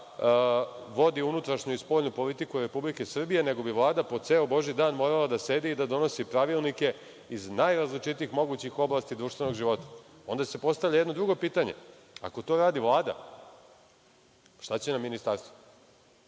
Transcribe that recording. vodi unutrašnju i spoljnu politiku Republike Srbije nego bi Vlada po ceo božiji dan morala da sedi i da donosi pravilnike iz najrazličitijih mogućih oblasti društvenog života. Onda se postavlja jedno drugo pitanje, ako to radi Vlada šta će nam ministarstvo?